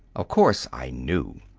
of course, i knew.